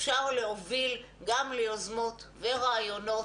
אפשר להוביל גם ליוזמות ולרעיונות.